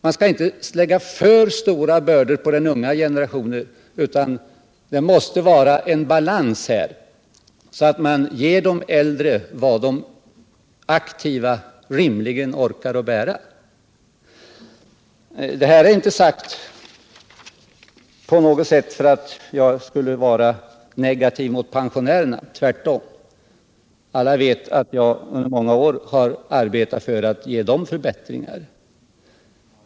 Man skall inte lägga alltför stora bördor på den unga generationen. Det måste vara en balans, så att de äldre får vad de aktiva rimligen orkar bära. Jag är inte på något sätt negativt inställd till pensionärerna, tvärtom. Alla vet att jag under många år har arbetat på att ge dem förbättringar.